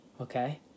Okay